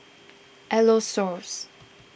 Aerosoles